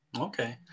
Okay